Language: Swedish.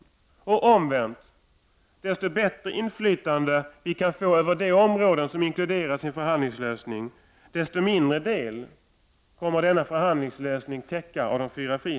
Detsamma gäller om man vänder på saken: Ju större inflytande vi kan få över de områden som inkluderas i en förhandlingslösning, desto mindre del av de fyra friheterna kommer denna förhandlingslösning att täcka. Herr talman!